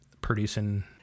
producing